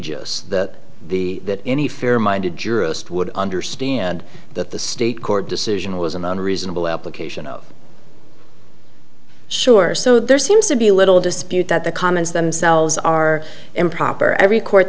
agreed that the that any fair minded jurist would understand that the state court decision was an unreasonable application of sure so there seems to be little dispute that the commons themselves are improper every court